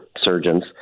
surgeons